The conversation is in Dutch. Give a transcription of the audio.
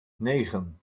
negen